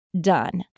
done